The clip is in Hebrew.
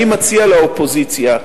אני מציע לאופוזיציה,